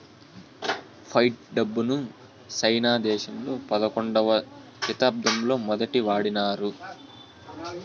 fight డబ్బును సైనా దేశంలో పదకొండవ శతాబ్దంలో మొదటి వాడినారు